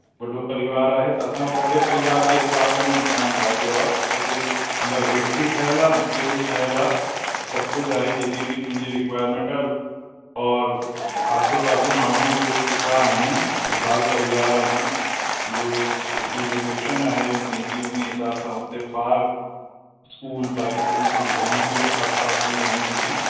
वॾो परिवार आहे त असां वॾे परिवार जे हिसाब सां बि मकान ठातो आहे पर हेठि बि ठहियल आहे मथे बि ठहियल आहे सभु कुझु आहे जेकी बि तुंहिंजी रिक्वाएरमेंट आहे और आसे पासे माण्हू बि खूब सुठा आहिनि ख़ुशहाल परिवार आहिनि इहो जेकी लोकेशन आहे उने जी उनी हिसाब सां उते पार्क स्कूल बाक़ी सॼी सुविधायूं बि आस पास ई आहिनि सॼी